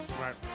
Right